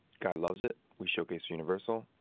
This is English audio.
guy loves it, we showcase to universal,